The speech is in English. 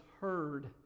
heard